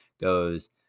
goes